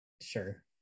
sure